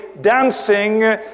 dancing